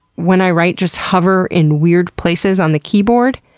when i write, just hover in weird places on the keyboard,